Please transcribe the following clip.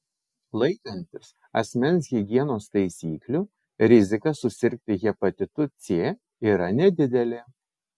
laikantis asmens higienos taisyklių rizika susirgti hepatitu c yra nedidelė